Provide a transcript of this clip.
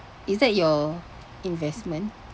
is that your investment